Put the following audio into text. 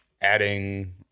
adding